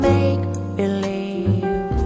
Make-believe